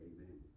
Amen